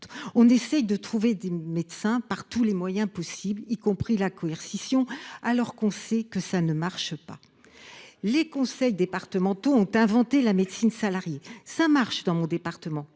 on essaie de trouver des médecins par tous les moyens possibles, y compris la coercition, alors que l’on sait que celle ci ne marche pas. Les conseils départementaux ont inventé la médecine salariée : dans mon département,